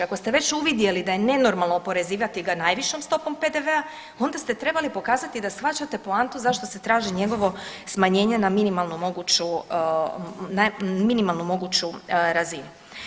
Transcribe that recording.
Ako ste već uvidjeli da je nenormalno oporezivati ga najvišom stopom PDV-a onda ste trebali pokazati da shvaćate poantu zašto se traži njegovo smanjenje na minimalnu moguću razinu.